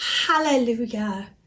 Hallelujah